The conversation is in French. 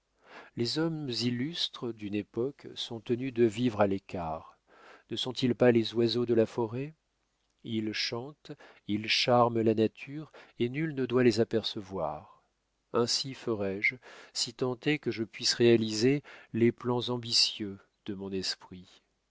les hommes illustres d'une époque sont tenus de vivre à l'écart ne sont-ils pas les oiseaux de la forêt ils chantent ils charment la nature et nul ne doit les apercevoir ainsi ferai-je si tant est que je puisse réaliser les plans ambitieux de mon esprit